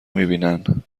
میبینن